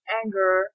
anger